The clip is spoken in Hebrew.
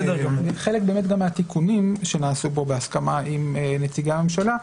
חלק מהתיקונים שנעשו כבר בהסכמה עם נציגי הממשלה,